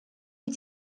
wyt